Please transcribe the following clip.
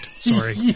sorry